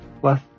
plus